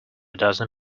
dozen